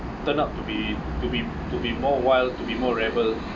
turn out to be to be to be more wild to be more rebel